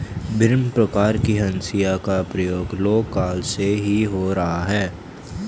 भिन्न प्रकार के हंसिया का प्रयोग लौह काल से ही हो रहा है